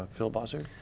philip bossert?